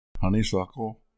honeysuckle